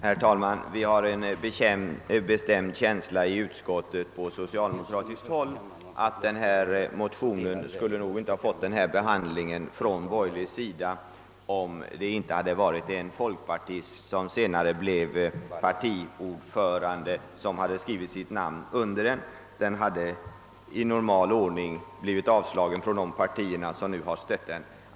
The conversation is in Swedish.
Herr talman! Socialdemokraterna i utskottet har en bestämd känsla av att motionen inte skulle ha fått denna behandling av de borgerliga ledamöterna om det inte hade varit en folkpartist som senare blev partiordförande som skrivit sitt namn under den. Den hade i normala fall avstyrkts av representanterna för de partier som nu har stött den.